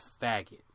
faggot